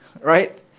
right